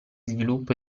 sviluppo